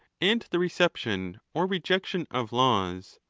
and the reception or rejection of laws,